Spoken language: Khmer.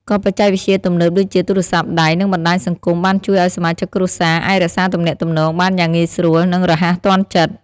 ក៏បច្ចេកវិទ្យាទំនើបដូចជាទូរសព្ទដៃនិងបណ្ដាញសង្គមបានជួយឱ្យសមាជិកគ្រួសារអាចរក្សាទំនាក់ទំនងបានយ៉ាងងាយស្រួល និងរហ័សទាន់ចិត្ត។